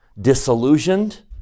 disillusioned